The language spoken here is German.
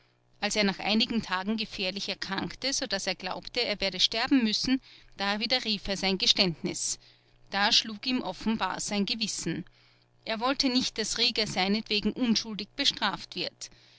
als er nach einigen tagen gefährlich erkrankte so daß er glaubte er werde sterben müssen da widerrief er sein geständnis da schlug ihm offenbar sein gewissen er wollte nicht daß rieger seinetwegen unschuldig bestraft wird